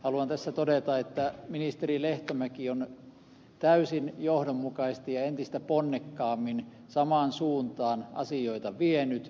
haluan tässä todeta että ministeri lehtomäki on täysin johdonmukaisesti ja entistä ponnekkaammin samaan suuntaan asioita vienyt